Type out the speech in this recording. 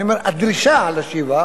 אני אומר: הדרישה לשיבה